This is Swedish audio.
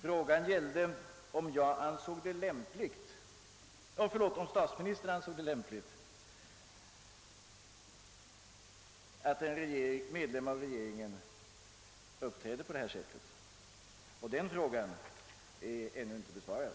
Frågan gällde om statsministern ansåg det lämpligt att en medlem av regeringen uppträder på detta sätt, och den frågan är ännu inte besvarad.